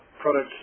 products